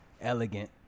elegant